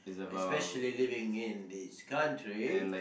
especially living in this country